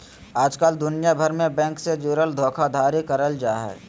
आजकल दुनिया भर मे बैंक से जुड़ल धोखाधड़ी करल जा हय